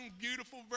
beautiful